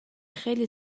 خیلی